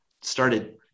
started